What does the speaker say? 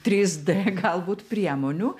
trys d galbūt priemonių